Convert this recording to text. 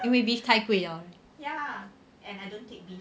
因为 beef 太贵 liao